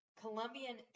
Colombian